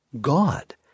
God